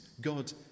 God